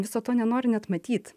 viso to nenori net matyt